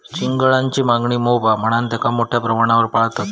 चिंगळांची मागणी मोप हा म्हणान तेंका मोठ्या प्रमाणावर पाळतत